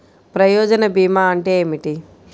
ప్రయోజన భీమా అంటే ఏమిటి?